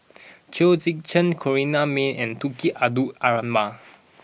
Chong Tze Chien Corrinne May and Tunku Abdul Rahman